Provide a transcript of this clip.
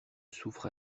souffre